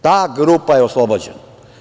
Ta grupa je oslobođena.